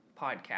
podcast